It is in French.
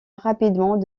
rapidement